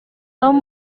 tom